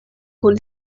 kun